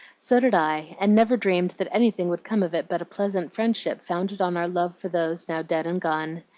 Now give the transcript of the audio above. so did i, and never dreamed that anything would come of it but a pleasant friendship founded on our love for those now dead and gone.